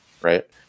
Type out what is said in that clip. right